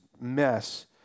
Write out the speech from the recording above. mess